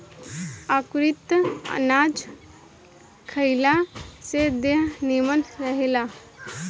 अंकुरित अनाज खइला से देह निमन रहेला